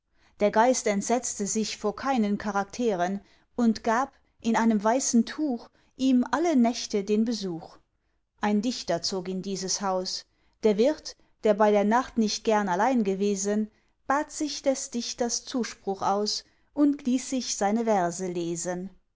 der geist entsetzte sich vor keinen charakteren und gab in einem weißen tuch ihm alle nächte den besuch ein dichter zog in dieses haus der wirt der bei der nacht nicht gern allein gewesen bat sich des dichters zuspruch aus und ließ sich seine verse lesen